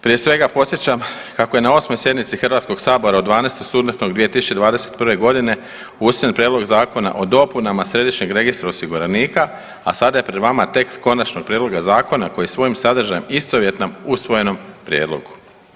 Prije svega podsjećam kako je na 8. sjednici Hrvatskog sabora od 12. studenog 2021. godine usvojen Prijedlog zakona o dopunama središnjeg registra osiguranika a sada je pred vama tekst Konačnog prijedloga zakona koji je svojim sadržajem istovjetan usvojenom prijedlogu.